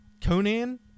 Conan